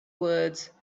words